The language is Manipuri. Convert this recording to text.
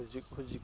ꯍꯨꯖꯤꯛ ꯍꯨꯖꯤꯛ